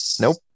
Nope